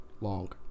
long